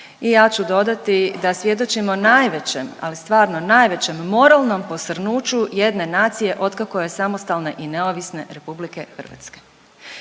i ja ću dodati da svjedočimo najvećem, ali stvarno najvećem moralnom posrnuću jedne nacije otkako je samostalne i neovisne RH.